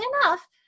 enough